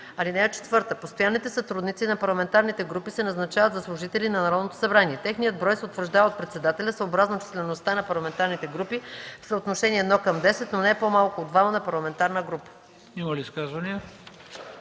заседание. (4) Постоянните сътрудници на парламентарните групи се назначават за служители на Народното събрание. Техният брой се утвърждава от председателя съобразно числеността на парламентарните групи в съотношение 1 към 10, но не по-малко от двама на парламентарна група.”